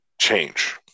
change